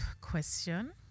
question